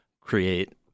create